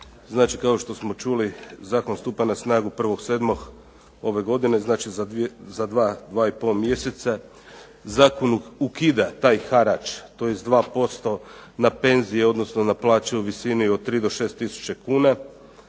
Znači kao što smo čuli zakon stupa na snagu 1. 7. ove godine, znači za 2,5 mjeseca. Zakon ukida taj harač tj. 2% na penzije, odnosno na plaće u visini od 3 do 6 tisuća kuna.